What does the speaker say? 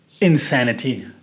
Insanity